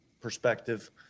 perspective